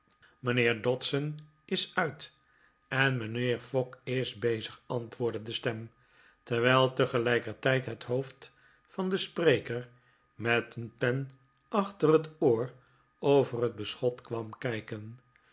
mijnheer dodson is uit en mijnheer fogg is bezig antwoordde de stem terwijl tegelijkertijd het hoofd van den spreker met een pen achter het oor over het beschot kwam kijken